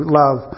love